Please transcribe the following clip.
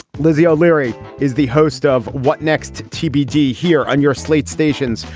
lizzie o'leary is the host of what next tbd here on your slate stations.